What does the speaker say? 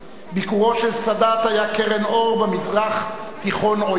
ביקורו של סאדאת היה קרן אור במזרח תיכון עוין,